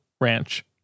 Ranch